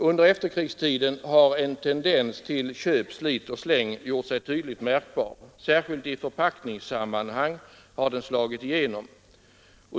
Under efterkrigstiden har en tendens till ”köp, slit och släng” gjort sig tydligt märkbar. Särskilt i förpackningssammanhang har den slagit igenom.